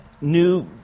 new